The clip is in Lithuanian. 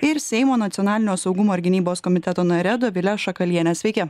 ir seimo nacionalinio saugumo ir gynybos komiteto nare dovile šakaliene sveiki